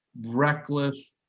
reckless